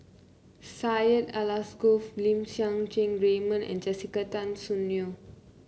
Syed Alsagoff Lim Siang Keat Raymond and Jessica Tan Soon Neo